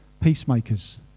Peacemakers